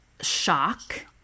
shock